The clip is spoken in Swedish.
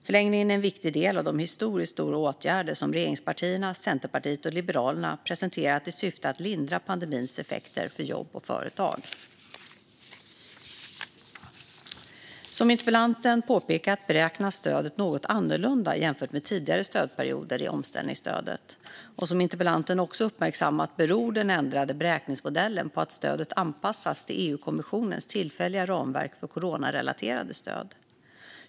Förlängningen är en viktig del av de historiskt stora åtgärder som regeringspartierna, Centerpartiet och Liberalerna presenterat i syfte att lindra pandemins effekter för jobb och företag. Som interpellanten påpekat beräknas stödet något annorlunda jämfört med tidigare stödperioder i omställningsstödet. Som interpellanten också uppmärksammat beror den ändrade beräkningsmodellen på att stödet anpassats till EU-kommissionens tillfälliga ramverk för coronarelaterade stöd.